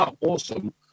awesome